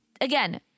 again